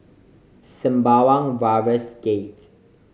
Sembawang Wharves Gate